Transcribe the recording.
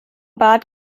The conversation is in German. bad